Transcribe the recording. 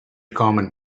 common